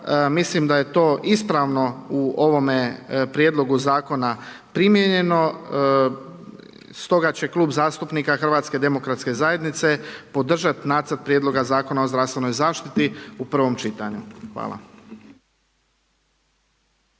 Mislim da je to ispravno u ovome Prijedlogu zakona primijenjeno. Stoga će Klub zastupnika Hrvatske demokratske zajednice podržati Nacrt prijedloga zakona o zdravstvenoj zaštiti u prvom čitanju. Hvala.